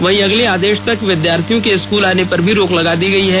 वहीं अगले आदेश तक विद्यार्थियों के स्कूल आने पर भी रोक लगा दी गई है